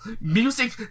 Music